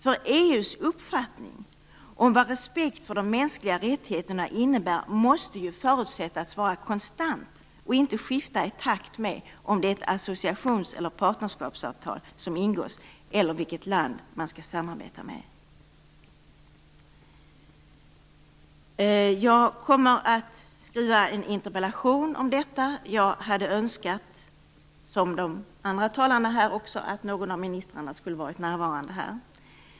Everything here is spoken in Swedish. EU:s uppfattning om vad respekt för de mänskliga rättigheterna innebär måste ju förutsättas vara konstant och inte skifta i takt med om det är ett associations eller partnerskapsavtal som ingås eller vilket land man skall samarbeta med. Jag kommer att skriva en interpellation om detta. Jag hade önskat, som de andra talarna, att någon av ministrarna skulle ha varit närvarande här.